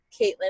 Caitlin